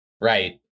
Right